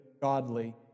godly